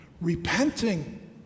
repenting